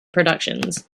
productions